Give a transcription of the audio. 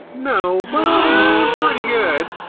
no, but i'm pretty good!